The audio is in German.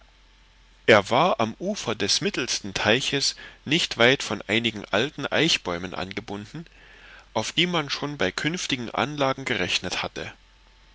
er war am ufer des mittelsten teiches nicht weit von einigen alten eichbäumen angebunden auf die man schon bei künftigen anlagen gerechnet hatte